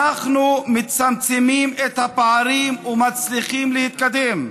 אנחנו מצמצמים את הפערים ומצליחים להתקדם.